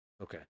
Okay